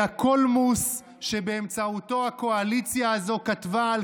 היא הקולמוס שבאמצעותו הקואליציה הזו כתבה על